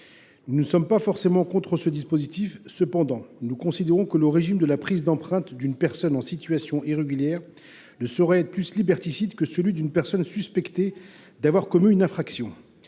Nous ne sommes pas forcément contre un tel dispositif. Cependant, nous considérons que le régime de la prise d’empreintes d’une personne en situation irrégulière ne saurait être plus liberticide que celui d’une personne suspectée d’avoir commis une infraction.